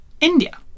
India